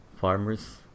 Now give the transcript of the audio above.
Farmers